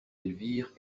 elvire